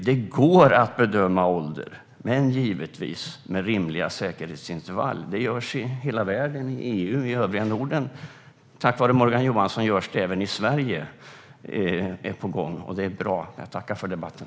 Det går att bedöma ålder, men, givetvis, med rimliga säkerhetsintervall. Det görs i hela världen, i EU och i övriga Norden. Tack vare Morgan Johansson görs det även i Sverige. Det är på gång, och det är bra. Jag tackar för debatten.